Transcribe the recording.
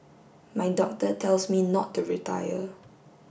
my doctor tells me not to retire